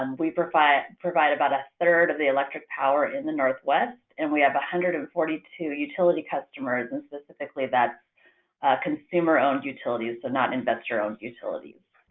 um we provide provide about a third of the electric power in the northwest and we have one hundred and forty two utility customers. and specifically, that's consumer-owned utilities. so, not investor-owned utilities.